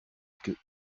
que